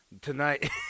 Tonight